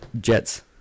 Jets